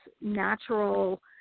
natural